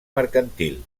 mercantil